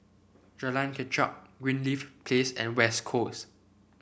Jalan Kechot Greenleaf Place and West Coast